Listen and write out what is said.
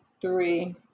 three